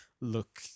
look